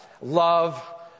love